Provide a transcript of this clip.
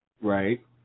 Right